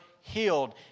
healed